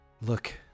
look